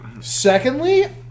Secondly